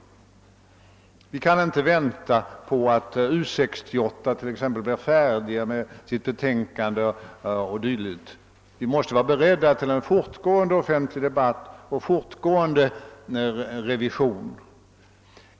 Vi kan inte vänta på att U 68 blir färdig med sitt betänkande. Vi måste vara beredda på en fortgående offentlig debatt och revision.